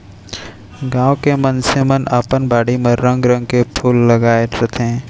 गॉंव के मनसे मन अपन बाड़ी म रंग रंग के फूल लगाय रथें